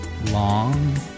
long